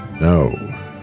No